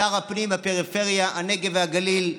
שר הפנים והפריפריה, הנגב והגליל,